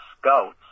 scouts